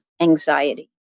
anxiety